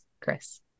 chris